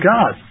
God